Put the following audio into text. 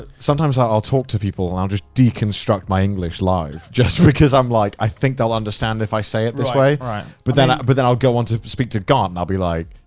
but sometimes i'll i'll talk to people and i'll just deconstruct my english live just because i'm like, i think they'll understand if i say it this way. right, but right. but then i'll go on to speak to garnt and i'll be like,